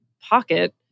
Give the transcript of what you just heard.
pocket